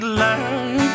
learn